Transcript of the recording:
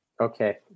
Okay